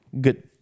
good